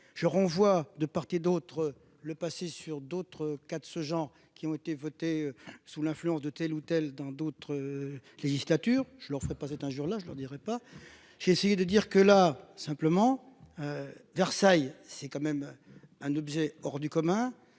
je renvoie de part et d'autre le passer sur d'autres cas de ce genre qui ont été votées sous l'influence de telle ou telle dans d'autres législature, je leur ferai pas être un jour là je leur dirai pas j'ai essayé de dire que la simplement. Versailles, c'est quand même un objet hors du commun